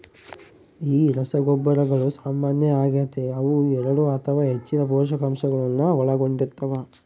ಈ ರಸಗೊಬ್ಬರಗಳು ಸಾಮಾನ್ಯ ಆಗತೆ ಅವು ಎರಡು ಅಥವಾ ಹೆಚ್ಚಿನ ಪೋಷಕಾಂಶಗುಳ್ನ ಒಳಗೊಂಡಿರ್ತವ